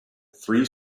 three